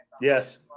Yes